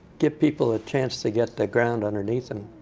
give people a chance to get the ground underneath them.